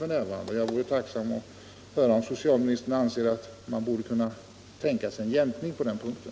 Jag vore tacksam för att få höra om socialministern anser att man borde kunna tänka sig en jämkning på den punkten.